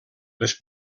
les